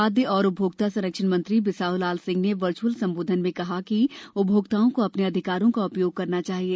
खादय और उपभोक्ता संरक्षण मंत्री बिसाहूलाल सिंह ने वर्चअल संबोधन में कहा कि उपभोक्ताओं को अपने अधिकारों का उपयोग करना चाहिए